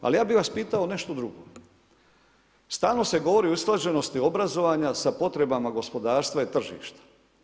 Ali ja bi vas pitao nešto drugo. stalno se govori o usklađenosti obrazovanja sa potrebama gospodarstva i tržišta.